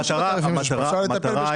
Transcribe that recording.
המטרה היא